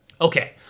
Okay